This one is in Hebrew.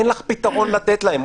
אין לך פתרון לתת להם.